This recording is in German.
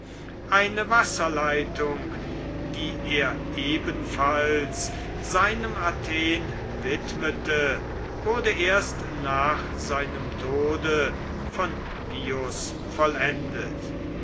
eine wasserleitung die er ebenfalls seinem athen widmete wurde erst nach seinem tode von pius vollendet